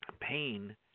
pain